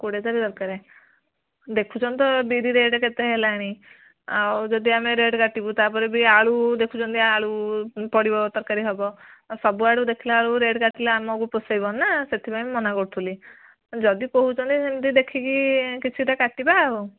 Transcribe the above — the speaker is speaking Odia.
କୋଡ଼ିଏ ତାରିଖ୍ ଦରକାରେ ଦେଖୁଛନ୍ତି ତ ବିରି ରେଟ୍ କେତେ ହେଲାଣି ଆଉ ଯଦି ଆମେ ରେଟ୍ କାଟିବୁ ତାପରେ ବି ଆଳୁ ଦେଖୁଛନ୍ତି ଆଳୁ ପଡ଼ିବ ତରକାରୀ ହେବ ଆ ସବୁଆଡ଼କୁ ଦେଖିଲାବେଳକୁ ରେଟ୍ କାଟିଲେ ଆମକୁ ପୋଷେଇବନିନା ସେଥିପାଇଁ ମୁଁ ମନା କରଥୁଲି ଯଦି କହୁଛନ୍ତି ସେମିତି ଦେଖିକି କିଛିଟା କାଟିବା ଆଉ